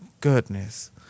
goodness